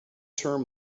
term